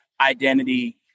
identity